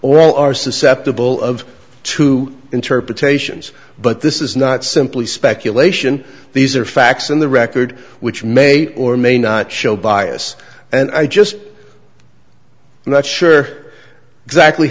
all are susceptible of two interpretations but this is not simply speculation these are facts in the record which may or may not show bias and i just i'm not sure exactly